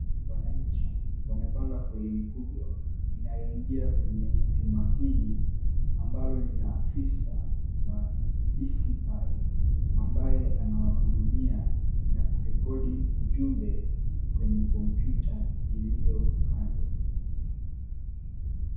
Wananchi wamepanga foleni kubwa inaloingia kwenye hema hili ambalo lina afisa wa DCI ambaye anawahudumia na kurekodi ujumbe kwenye kompyuta iliyo kando.